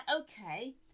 okay